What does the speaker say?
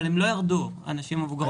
אבל הנשים המבוגרות לא ירדו.